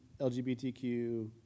LGBTQ